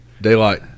Daylight